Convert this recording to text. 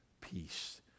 Peace